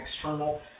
external